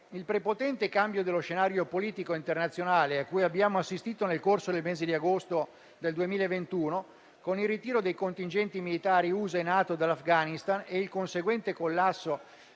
il prepotente cambio dello scenario politico internazionale a cui abbiamo assistito nel corso del mese di agosto del 2021, con il ritiro dei contingenti militari USA e NATO dall'Afghanistan e il conseguente collasso